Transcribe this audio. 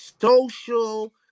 social